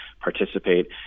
participate